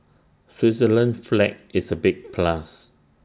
Switzerland's flag is A big plus